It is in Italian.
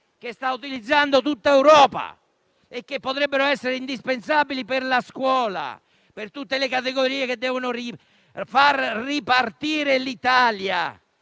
che sta utilizzando tutta Europa e che potrebbero essere indispensabili per la scuola, per tutte le categorie che devono far ripartire l'Italia.